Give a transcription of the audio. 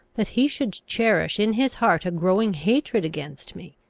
that he should cherish in his heart a growing hatred against me,